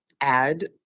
add